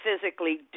physically